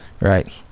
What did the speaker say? Right